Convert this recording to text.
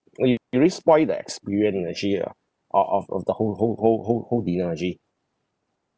you you really spoil the experience ah actually ah of of of the whole whole whole whole whole dinner actually